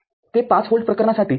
ते ५ व्होल्ट प्रकरणासाठी ३